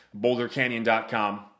BoulderCanyon.com